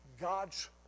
God's